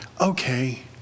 Okay